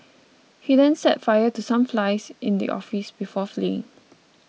he then set fire to some flies in the office before fleeing